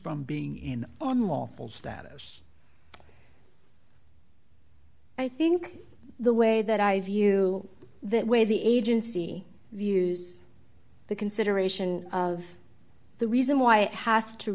from being in on lawful status i think the way that i view that way the agency views the consideration of the reason why it has to